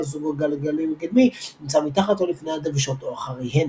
או זוג הגלגלים הקדמי נמצא מתחת או לפני הדוושות או אחריהן.